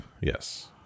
yes